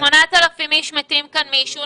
8,000 איש מתים כאן מעישון,